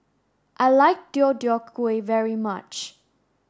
I like Deodeok gui very much